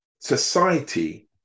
society